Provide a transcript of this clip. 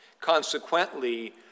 Consequently